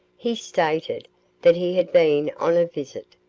he stated that he had been on a visit,